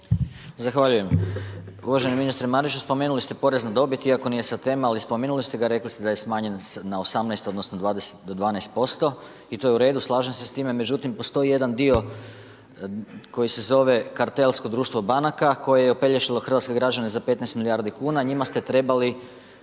Zahvaljujem. Uvaženi ministre Mariću, spomenuli ste porez na dobit, iako nije sad tema, spomenuli ste ga, rekli ste da je smanjen na 18, odnosno do 12% i to je u redu, slažem se s time, međutim postoji jedan dio koji se zove kartelsko društvo banaka koje je opelješilo hrvatske građane za 15 milijardi kuna. njima ste trebali